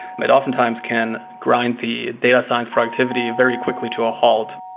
but oftentimes can grind the data science productivity very quickly to a halt.